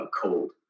cold